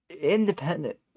Independent